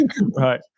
Right